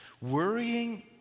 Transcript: Worrying